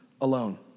alone